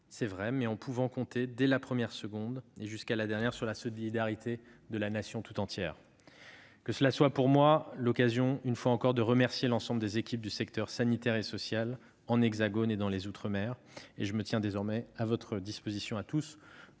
tribut, mais en pouvant compter, dès la première seconde et jusqu'à la dernière, sur la solidarité de la Nation tout entière. Que cela soit pour moi l'occasion de remercier une fois encore l'ensemble des équipes du secteur sanitaire et social, au sein de l'Hexagone comme dans les outre-mer. Je me tiens désormais à votre disposition pour